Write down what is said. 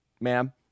ma'am